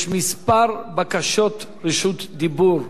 יש כמה בקשות רשות דיבור,